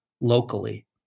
locally